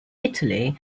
italy